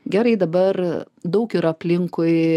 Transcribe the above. gerai dabar daug ir aplinkui